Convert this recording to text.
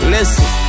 Listen